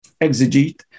Exegete